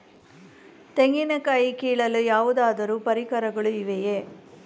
ತೆಂಗಿನ ಕಾಯಿ ಕೀಳಲು ಯಾವುದಾದರು ಪರಿಕರಗಳು ಇವೆಯೇ?